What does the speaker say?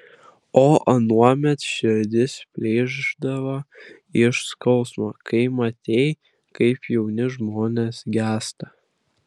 o anuomet širdis plyšdavo iš skausmo kai matei kaip jauni žmonės gęsta